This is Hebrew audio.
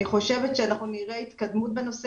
אני חושבת שאנחנו נראה התקדמות בנושא